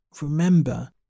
Remember